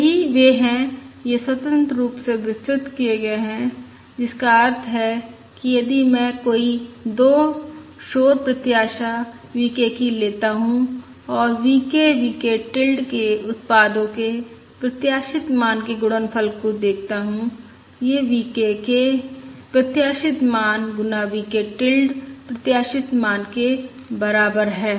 यही वे हैं ये स्वतंत्र रूप से वितरित किए गए हैं जिसका अर्थ है कि यदि मैं कोई 2 शोर प्रत्याशा V k की लेता हूं और V k V k tilde के उत्पादो के प्रत्याशित मान के गुणनफल को देखें यह V k के प्रत्याशित मान गुना V k टिल्ड प्रत्याशित मान के बराबर है